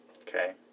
Okay